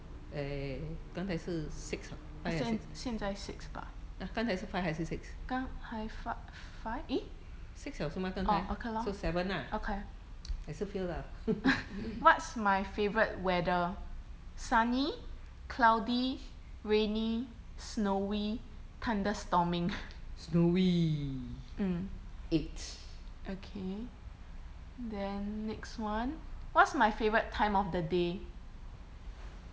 那现现在 six 吧刚才 fi~ five eh orh okay lor okay what's my favourite weather sunny cloudy rainy snowy thunderstorming mm okay then next one what's my favourite time of the day